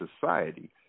society